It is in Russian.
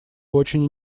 очень